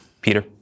Peter